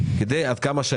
אני